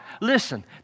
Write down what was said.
Listen